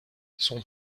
son